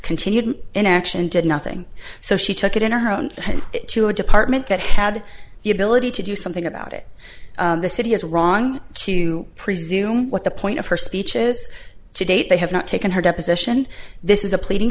continued inaction did nothing so she took it into her own to a department that had the ability to do something about it the city is wrong to presume what the point of her speech is today they have not taken her deposition this is a pleading